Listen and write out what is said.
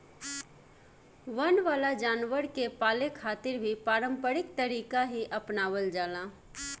वन वाला जानवर के पाले खातिर भी पारम्परिक तरीका ही आपनावल जाला